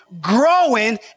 growing